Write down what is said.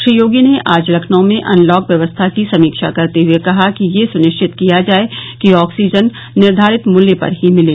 श्री योगी ने आज लखनऊ में अनलाक व्यवस्था की समीक्षा करते हये कहा कि यह सुनिश्चित किया जाए कि आक्सीजन निर्घारित मुल्य पर ही मिले